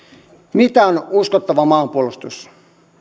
mitä on uskottava maanpuolustus